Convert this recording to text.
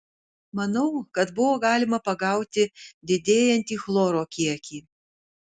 manau kad buvo galima pagauti didėjantį chloro kiekį